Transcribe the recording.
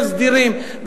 יותר סדירים,